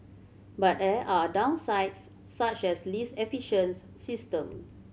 but there are downsides such as least system